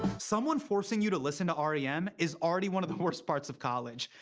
someone forcing you to listen to r e m. is already one of the worst parts of college.